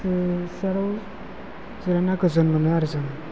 सियाराव जिरायनानै गोजोन मोनो आरो जों